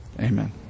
Amen